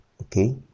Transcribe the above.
okay